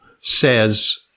says